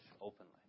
openly